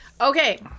Okay